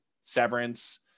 Severance